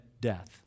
death